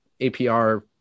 APR